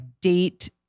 date